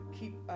keep